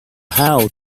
how